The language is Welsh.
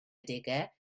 adegau